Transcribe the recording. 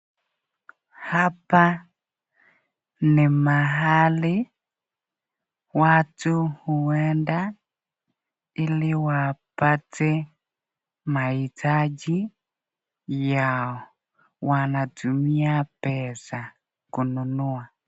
Hapa ni mahali watu huenda ili wapate mahitaji yao. Wanatumia pesa kununua.